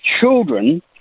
children